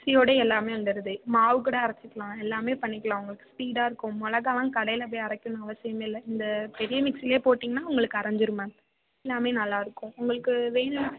மிக்ஸியோடையே எல்லாம் வந்துடுது மாவு கூட அரைச்சிக்கிலாம் எல்லாமே பண்ணிக்கலாம் உங்களுக்கு ஸ்பீடாயிருக்கும் மிளகாலாம் கடையில் போய் அரைக்கணும் அவசியமே இல்லை இந்த பெரிய மிக்ஸிலையே போட்டிங்கன்னால் உங்களுக்கு அரைஞ்சிரும் மேம் எல்லாமே நல்லா இருக்கும் உங்களுக்கு வேணுங்களா